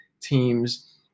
teams